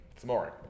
tomorrow